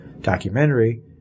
documentary